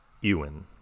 Ewan